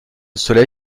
soleil